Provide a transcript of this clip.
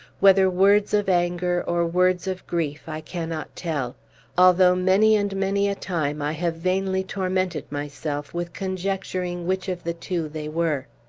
whether words of anger, or words of grief, i cannot tell although many and many a time i have vainly tormented myself with conjecturing which of the two they were.